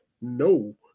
No